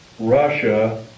Russia